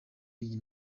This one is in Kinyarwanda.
iyi